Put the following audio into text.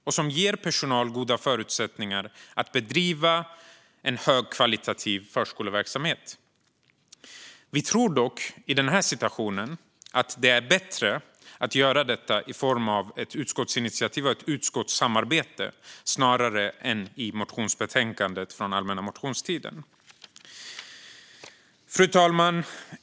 Personal ska ges goda förutsättningar att bedriva en högkvalitativ förskoleverksamhet. Vi tror dock i den här situationen att det är bättre att göra detta i form av ett utskottsinitiativ och ett utskottssamarbete snarare än i form av ett motionsbetänkande från allmänna motionstiden. Fru talman!